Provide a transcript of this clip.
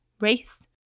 race